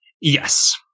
Yes